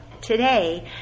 today